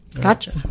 Gotcha